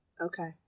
Okay